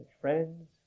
friends